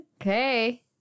okay